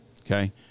Okay